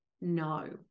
no